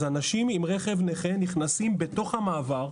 אנשים עם רכב נכה נכנסים בתוך המעבר,